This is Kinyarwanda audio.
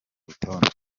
rutonde